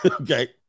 Okay